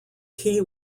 key